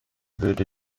würde